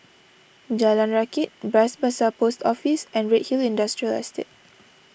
Jalan Rakit Bras Basah Post Office and Redhill Industrial Estate